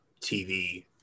TV